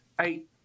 eight